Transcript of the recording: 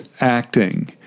acting